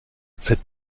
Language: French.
cette